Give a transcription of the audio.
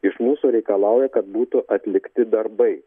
iš mūsų reikalauja kad būtų atlikti darbai